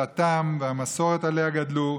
דתם והמסורת שעליה גדלו,